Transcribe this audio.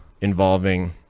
involving